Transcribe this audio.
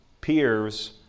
peers